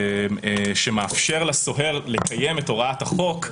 שמאפשר לסוהר לקיים את הוראת החוק,